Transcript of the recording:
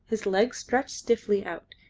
his legs stretched stiffly out,